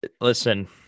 Listen